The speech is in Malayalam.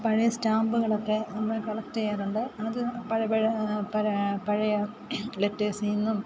പഴയ സ്റ്റാമ്പുകളൊക്കെ നമ്മൾ കളക്ട് ചെയ്യാറുണ്ട് അത് പഴയ ലെറ്റെർസിൽ നിന്നും